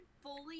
fully